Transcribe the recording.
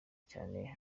cyane